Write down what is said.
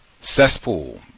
cesspool